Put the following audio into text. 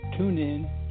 TuneIn